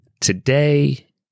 today